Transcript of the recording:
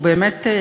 והוא באמת,